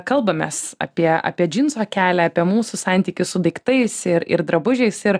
kalbamės apie apie džinso kelią apie mūsų santykį su daiktais ir ir drabužiais ir